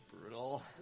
brutal